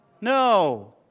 no